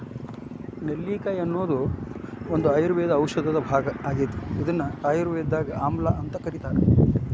ನೆಲ್ಲಿಕಾಯಿ ಅನ್ನೋದು ಒಂದು ಆಯುರ್ವೇದ ಔಷಧದ ಭಾಗ ಆಗೇತಿ, ಇದನ್ನ ಆಯುರ್ವೇದದಾಗ ಆಮ್ಲಾಅಂತ ಕರೇತಾರ